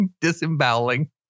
disemboweling